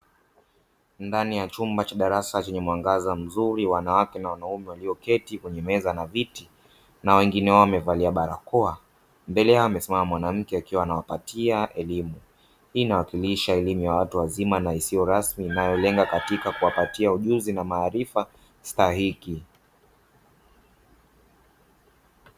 Ndani ya chumba cha darasa chenye mwangaza mzuri wanawake na wanaume walioketi kwenye meza na viti na wengine wao wamevalia barakoa, mbele yao amesimama mwanamke akiwa anawapatia elimu, hii inawakilisha elimu ya watu wazima na isiyo rasmi inayolenga katika kuwapatia ujuzi na maarifa stahiki.